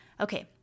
Okay